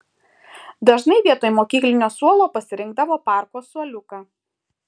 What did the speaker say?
dažnai vietoj mokyklinio suolo pasirinkdavo parko suoliuką